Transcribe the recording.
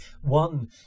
One